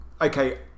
okay